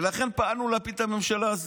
ולכן פעלנו להפיל את הממשלה הזאת.